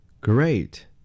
Great